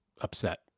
upset